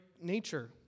nature